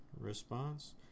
response